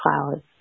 clouds